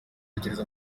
atekereza